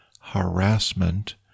harassment